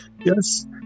Yes